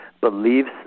believes